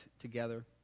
together